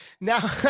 Now